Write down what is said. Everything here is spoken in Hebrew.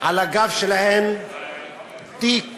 על הגב שלהן תיק